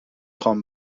خوام